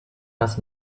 das